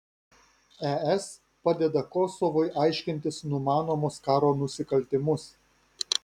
es padeda kosovui aiškintis numanomus karo nusikaltimus